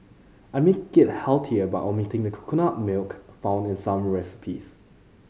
I make it healthier by omitting the coconut milk found in some recipes